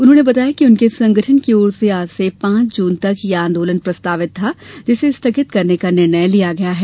उन्होंने बताया कि उनके संगठन की ओर से आज से पांच जून तक यह आंदोलन प्रस्तावित था जिसे स्थगित करने का निर्णय लिया गया है